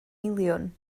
miliwn